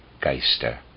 geister